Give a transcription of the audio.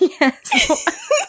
Yes